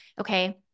okay